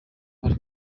bari